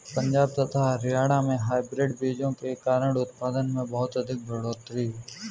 पंजाब तथा हरियाणा में हाइब्रिड बीजों के कारण उत्पादन में बहुत अधिक बढ़ोतरी हुई